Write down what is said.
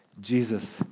Jesus